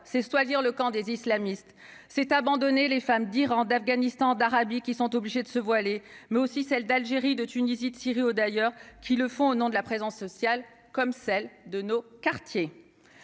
c'est soit lire le camp des islamistes, c'est abandonner les femmes d'Iran, d'Afghanistan, d'Arabie qui sont obligées de se voiler, mais aussi celle d'Algérie, de Tunisie au d'ailleurs qui le font au nom de la présence sociale comme celle de nos quartiers